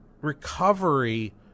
recovery